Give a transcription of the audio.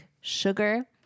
sugar